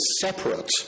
separate